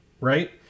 right